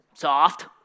Soft